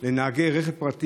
ירושלים,